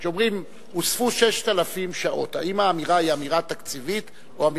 האם האמירה היא אמירה תקציבית או אמירה,